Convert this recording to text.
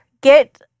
Get